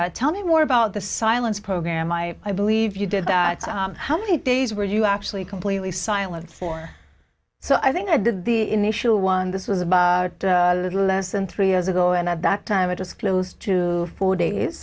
to tell me more about the silence program i i believe you did that how many days were you actually completely silence or so i think i did the initial one this was about a little less than three years ago and at that time it was close to four days